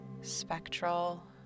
Spectral